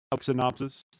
synopsis